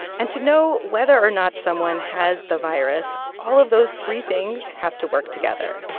and to know whether or not someone has the virus, all of those three things have to work together